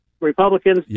Republicans